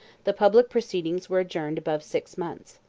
the public proceedings were adjourned above six months.